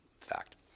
fact